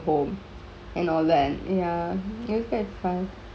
home and orland ya you can find